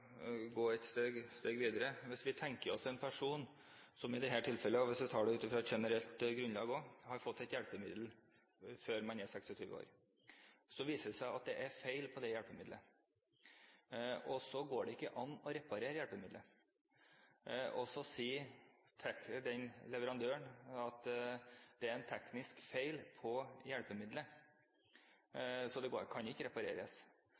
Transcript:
gå et steg videre: Vi tenker oss at en person, som i dette tilfellet – og hvis vi ser på det på generelt grunnlag – har fått et hjelpemiddel før han er 26 år. Så viser det seg at det er feil på dette hjelpemiddelet, og det går ikke an å reparere det. Leverandøren sier at det er en teknisk feil på hjelpemiddelet, så det kan ikke repareres.